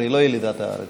היא לא ילידת הארץ,